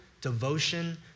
devotion